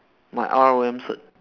my R_O_M cert